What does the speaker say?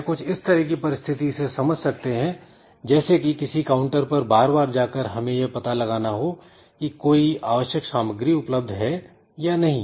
यह कुछ इस तरह की परिस्थिति से समझ सकते हैं जैसे कि किसी काउंटर पर बार बार जाकर हमें यह पता लगाना हो कि कोई आवश्यक सामग्री उपलब्ध है या नहीं